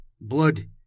Blood